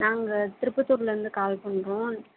நாங்கள் திருப்பத்தூரிலேருந்து கால் பண்ணுறோம்